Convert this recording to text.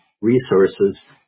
resources